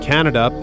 Canada